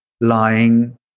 lying